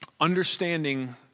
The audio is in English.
understanding